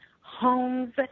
homes